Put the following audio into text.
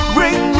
ring